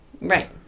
Right